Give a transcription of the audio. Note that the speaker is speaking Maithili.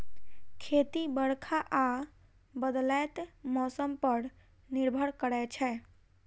खेती बरखा आ बदलैत मौसम पर निर्भर करै छै